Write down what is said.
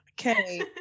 Okay